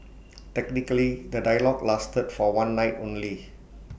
technically the dialogue lasted for one night only